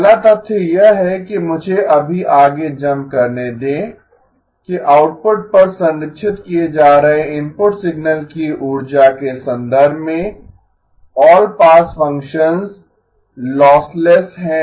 पहला तथ्य यह है कि मुझे अभी आगे जम्प करने दें कि आउटपुट पर संरक्षित किए जा रहे इनपुट सिग्नल की ऊर्जा के संदर्भ में ऑल पास फ़ंक्शंस लॉसलेस हैं